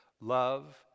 love